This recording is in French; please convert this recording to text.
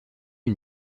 une